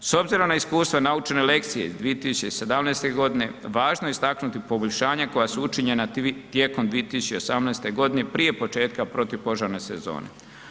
S obzirom na iskustvo i naučene lekcije iz 2017. godine važno je istaknuti poboljšanja koja su učinjena tijekom 2018. godine prije početka protupožarne sezone.